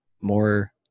more